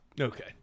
Okay